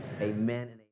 Amen